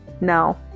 now